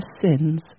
sins